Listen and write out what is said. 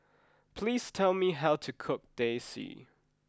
please tell me how to cook Teh C